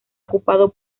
ocupado